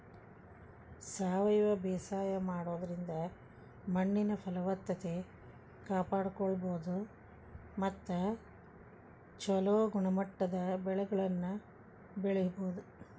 ಸಾವಯವ ಬೇಸಾಯ ಮಾಡೋದ್ರಿಂದ ಮಣ್ಣಿನ ಫಲವತ್ತತೆ ಕಾಪಾಡ್ಕೋಬೋದು ಮತ್ತ ಚೊಲೋ ಗುಣಮಟ್ಟದ ಬೆಳೆಗಳನ್ನ ಬೆಳಿಬೊದು